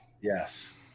Yes